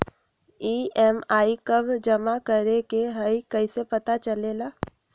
EMI कव जमा करेके हई कैसे पता चलेला?